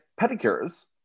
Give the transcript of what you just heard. pedicures